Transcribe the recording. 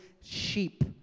Sheep